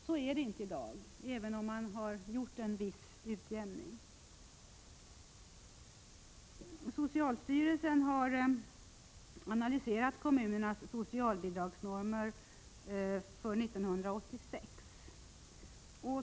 Så är det inte i dag, även om det har skett en viss utjämning. Socialstyrelsen har analyserat kommunernas socialbidragsnormer för 1986.